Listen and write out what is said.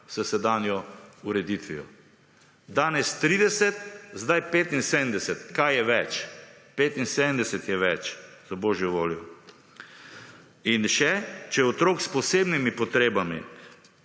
s sedanjo ureditvijo. Danes 30 sedaj 75. Kaj je več? 75 je več, za božjo voljo. Še, če otrok s posebnimi potrebami,